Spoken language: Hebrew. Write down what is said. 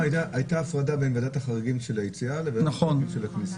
הייתה הפרדה בין ועדת החריגים של המבקשים לצאת לבין אלה המבקשים להיכנס.